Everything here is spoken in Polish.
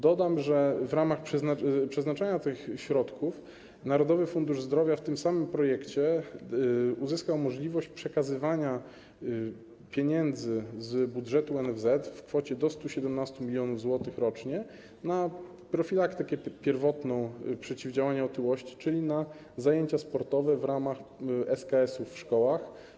Dodam, że w ramach przeznaczania tych środków Narodowy Fundusz Zdrowia w tym samym projekcie uzyskał możliwość przekazywania pieniędzy z budżetu NFZ w kwocie do 117 mln zł rocznie na profilaktykę pierwotną przeciwdziałania otyłości, czyli na zajęcia sportowe w ramach SKS-ów w szkołach.